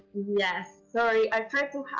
yes, sorry. i tried to